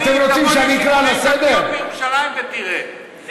כמו ששמרתי על זכות הדיבור שלך, אני מבקש,